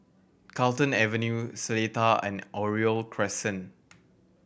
Carlton Avenue Seletar and Oriole Crescent